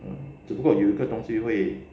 mm 只不过有一个东西会